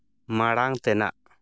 ᱢᱟᱲᱟᱝ ᱛᱮᱱᱟᱜ